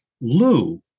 Lou